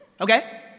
Okay